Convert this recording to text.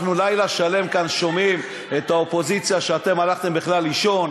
אנחנו לילה שלם כאן שומעים את האופוזיציה כשאתם בכלל הלכתם לישון.